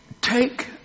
take